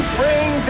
bring